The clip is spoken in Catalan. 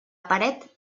paret